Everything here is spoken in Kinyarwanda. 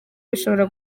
bishobora